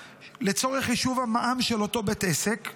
לצורך חישוב המע"מ של אותו בית עסק,